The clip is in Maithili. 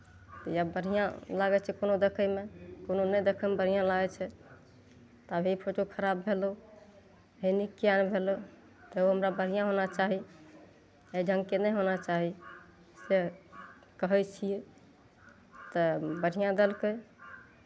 या बढ़िआँ लागै छै कोनो देखयमे कोनो नहि देखयमे बढ़िआँ लागै छै तऽ आब हे फोटो खराब भेलहु हे नीक किएक नहि भेलहु तऽ ओ हमरा बढ़िआँ होना चाही एहि ढङ्गके नहि होना चाही से कहै छियै तऽ बढ़िआँ देलकै